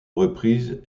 reprise